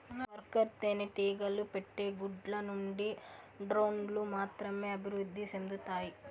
worker తేనెటీగలు పెట్టే గుడ్ల నుండి డ్రోన్లు మాత్రమే అభివృద్ధి సెందుతాయి